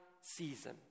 season